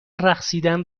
رقصیدن